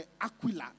Aquila